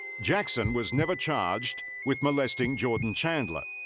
jackson was never charged with molesting jordan chandler,